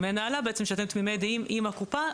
ממנה עלה שאתם תמימי דעים עם הקופה,